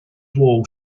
wall